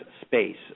Space